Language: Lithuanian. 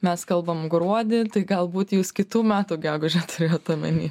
mes kalbam gruodį tai galbūt jūs kitų metų gegužę turėjot omeny